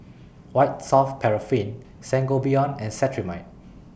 White Soft Paraffin Sangobion and Cetrimide